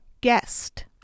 guest